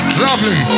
lovely